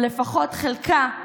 לפחות של חלקה,